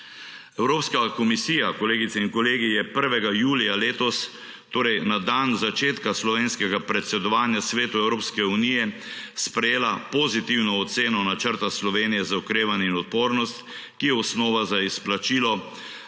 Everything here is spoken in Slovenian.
in kolegi, je 1. julija letos, torej na dan začetka slovenskega predsedovanja Svetu Evropske unije, sprejela pozitivno oceno Načrta Slovenije za okrevanje in odpornost, ki je osnova za izplačilo 1,8